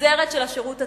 נגזרת של השירות הצבאי.